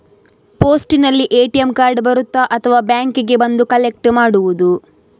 ಪೋಸ್ಟಿನಲ್ಲಿ ATM card ಬರುತ್ತಾ ಅಥವಾ ಬ್ಯಾಂಕಿಗೆ ಬಂದು ಕಲೆಕ್ಟ್ ಮಾಡುವುದು?